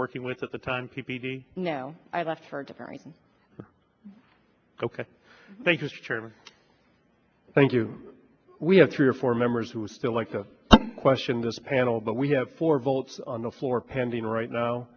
working with at the time p p d now i left for a different ok thanks mr chairman thank you we have three or four members who would still like to question this panel but we have four votes on the floor pending right now